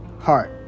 Heart